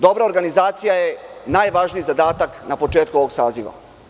Dobra organizacija je najvažniji zadatak na početku ovog saziva.